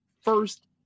first